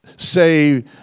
say